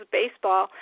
baseball